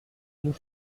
nous